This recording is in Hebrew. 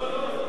בבקשה.